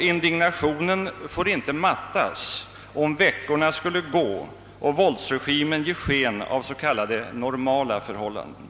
Indignationen får inte mattas, om veckorna skulle gå och våldregimen lyckas ge sken av s.k. normala förhållanden.